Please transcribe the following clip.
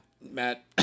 Matt